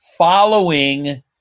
Following